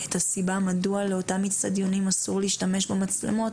את הסיבה מדוע לאותם אצטדיונים אסור להשתמש במצלמות,